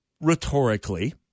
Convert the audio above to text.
rhetorically